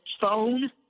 phone